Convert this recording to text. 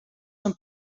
són